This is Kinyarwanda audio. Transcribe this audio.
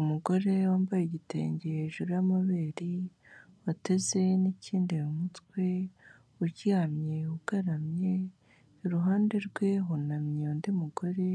Umugore wambaye igitenge hejuru y'amabere, ateze n'ikindi mu mutwe, uryamye ugaramye, iruhande rwe hunamye undi mugore